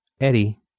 Eddie